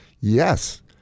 yes